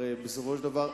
הרי בסופו של דבר,